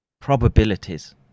probabilities